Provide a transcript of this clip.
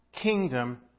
kingdom